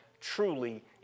truly